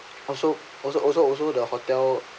also also also also the hotel